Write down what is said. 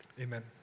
Amen